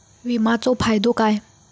विमाचो फायदो काय?